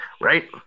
Right